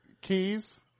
keys